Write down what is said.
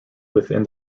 within